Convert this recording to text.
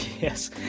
Yes